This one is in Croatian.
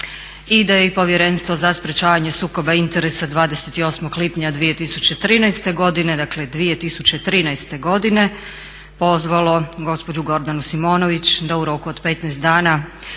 i da je i Povjerenstvo za sprječavanje sukoba interesa 28. lipnja 2013. godine pozvalo gospođu Gordanu Simonović da u roku od 15 dana